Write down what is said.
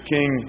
King